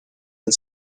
and